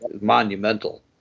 monumental